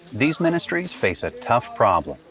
these ministries face a tough problem.